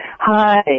Hi